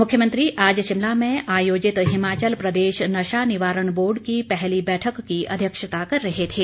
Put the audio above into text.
मुख्यमंत्री आज शिमला में आयोजित हिमाचल प्रदेश नशानिवारण बोर्ड की पहली बैठक की अध्यक्षता कर रहे थे